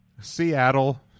Seattle